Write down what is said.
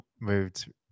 moved